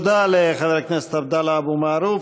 תודה לחבר הכנסת עבדאללה אבו מערוף.